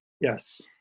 Yes